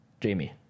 Jamie